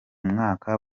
mwaka